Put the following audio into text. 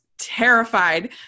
terrified